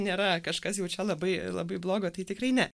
nėra kažkas jau čia labai labai blogo tai tikrai ne